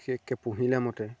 বিশেষকৈ পুহিলে মতে